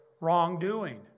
wrongdoing